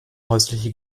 häusliche